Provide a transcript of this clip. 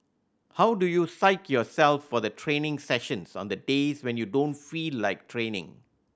how do you psych yourself for the training sessions on the days when you don't feel like training